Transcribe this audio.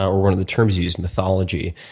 ah one of the terms you used, mythology.